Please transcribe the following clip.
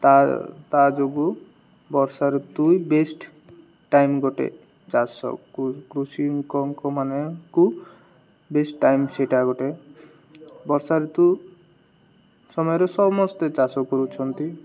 ତା ତା ଯୋଗୁଁ ବର୍ଷା ଋତୁ ବେଷ୍ଟ ଟାଇମ ଗୋଟେ ଚାଷ କୃଷକଙ୍କ ମାନଙ୍କୁ ବେଷ୍ଟ ଟାଇମ ସେଇଟା ଗୋଟେ ବର୍ଷା ଋତୁ ସମୟରେ ସମସ୍ତେ ଚାଷ କରୁଛନ୍ତି